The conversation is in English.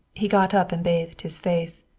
he got up and bathed his face.